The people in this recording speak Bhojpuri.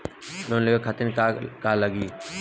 लोन लेवे खातीर का का लगी?